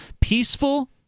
peaceful